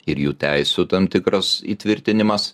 ir jų teisių tam tikras įtvirtinimas